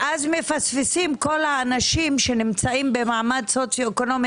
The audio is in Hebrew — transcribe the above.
ואז מפספסים את כל האנשים שנמצאים במעמד סוציואקונומי